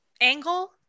angle